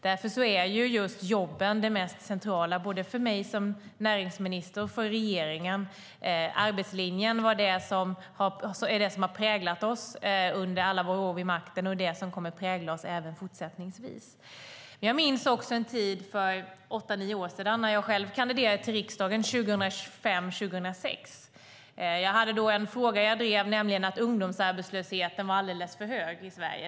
Därför är jobben det mest centrala både för mig som näringsminister och för regeringen. Arbetslinjen är det som har präglat oss under alla våra år vid makten och är det som kommer att prägla oss även fortsättningsvis. Jag minns en tid för åtta nio år sedan när jag själv kandiderade till riksdagen 2005/2006. Jag hade då en fråga som jag drev, nämligen att ungdomsarbetslösheten i Sverige var alldeles för hög.